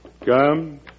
Come